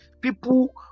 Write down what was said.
people